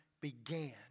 began